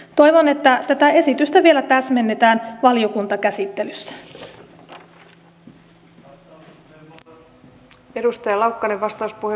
toivon että tätä esitystä vielä täsmennetään valiokuntakäsittelyssä